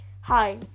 Hi